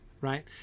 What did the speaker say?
right